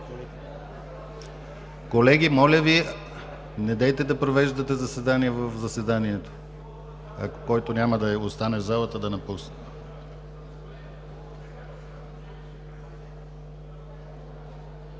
Колеги, моля Ви, недейте да провеждате заседание в заседанието. Който няма да остане в залата, да напусне.